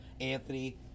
Anthony